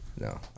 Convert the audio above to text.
no